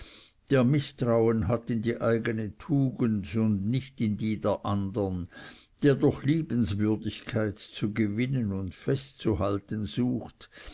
der mißtrauen hat in die eigene tugend und nicht in die der andern der durch liebenswürdigkeit zu gewinnen und festzuhalten sucht